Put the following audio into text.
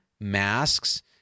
masks